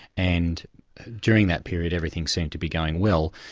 and during that period, everything seemed to be going well,